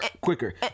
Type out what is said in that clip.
quicker